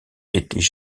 étaient